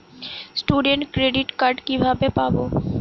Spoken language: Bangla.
স্টুডেন্ট ক্রেডিট কার্ড কিভাবে পাব?